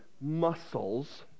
muscles